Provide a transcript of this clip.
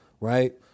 right